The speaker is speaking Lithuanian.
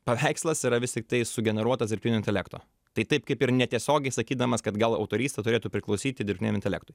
paveikslas yra vis tiktai sugeneruotas dirbtinio intelekto tai taip kaip ir netiesiogiai sakydamas kad gal autorystė turėtų priklausyti dirbtiniam intelektui